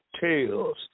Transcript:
tales